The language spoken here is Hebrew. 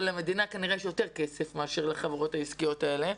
אבל למדינה כנראה יש יותר כסף מאשר לחברות העסקיות האלה,